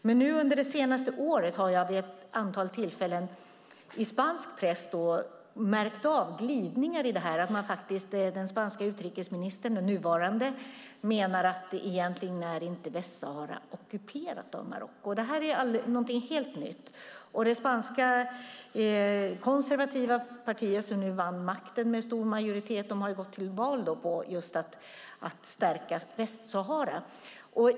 Men nu under senaste åren har jag vid ett antal tillfällen i spansk press märkt av glidningar i detta. Den nuvarande spanske utrikesministern menar att egentligen är inte Västsahara ockuperat av Marocko. Detta är någonting helt nytt. Det spanska konservativa partiet som nu vann makten med stor majoritet har gått till val på att stärka Västsahara.